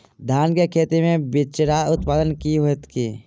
धान केँ खेती मे बिचरा उत्पादन की होइत छी?